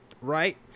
right